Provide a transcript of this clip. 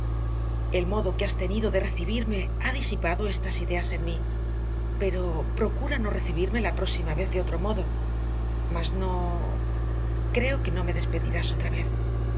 el modo que has tenido de recibirme ha disipado estas ideas en mí pero procura no recibirme la próxima vez de otro modo mas no creo que no me despedirás otra vez